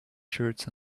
shirts